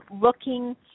looking